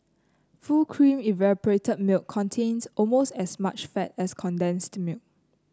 full cream evaporated milk contains almost as much fat as condensed milk